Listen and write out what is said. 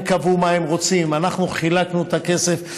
הם קבעו מה הם רוצים, אנחנו חילקנו את הכסף.